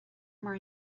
mar